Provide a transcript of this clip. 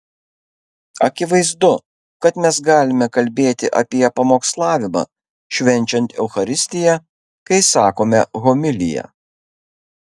akivaizdu kad mes galime kalbėti apie pamokslavimą švenčiant eucharistiją kai sakome homiliją